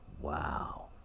Wow